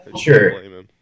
sure